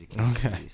Okay